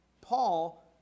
Paul